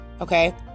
Okay